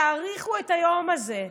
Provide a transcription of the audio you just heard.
תעריכו את היום הזה.